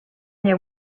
there